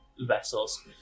vessels